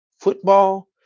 football